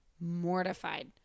mortified